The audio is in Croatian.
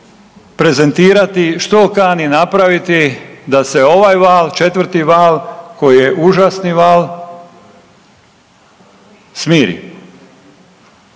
prezentirati što kani napraviti da se ovaj val 4. val koji je užasni val smiri.